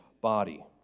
body